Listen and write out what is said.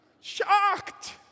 Shocked